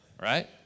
right